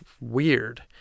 weird